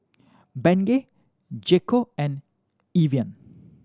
Bengay J Co and Evian